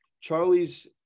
Charlie's